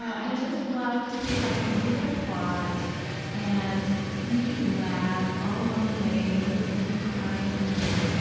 i just love to see if i can give it a plot and make you laugh all along the way and maybe make you cry at the end,